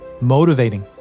motivating